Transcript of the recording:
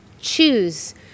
choose